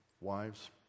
Wives